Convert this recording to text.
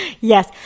Yes